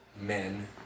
men